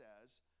says